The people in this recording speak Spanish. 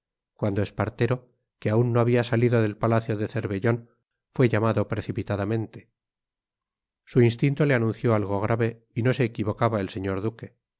cuando espartero que aún no había salido del palacio de cervellón fue llamado precipitadamente su instinto le anunció algo grave y no se equivocaba el señor duque